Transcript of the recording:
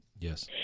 yes